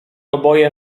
oboje